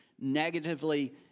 negatively